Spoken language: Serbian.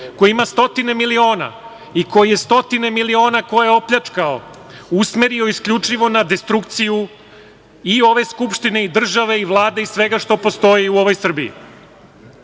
koji ima stotine miliona, koje je opljačkao, usmerio isključivo na destrukciju i ove skupštine i države i Vlade i svega što postoji u ovoj Srbiji. Sada